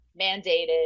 mandated